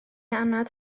anad